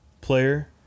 player